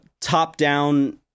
top-down